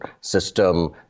system